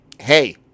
hey